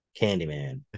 Candyman